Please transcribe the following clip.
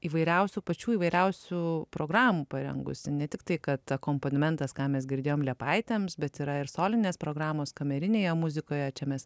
įvairiausių pačių įvairiausių programų parengusi ne tiktai kad akompanimentas ką mes girdėjom liepaitėms bet yra ir solinės programos kamerinėje muzikoje čia mes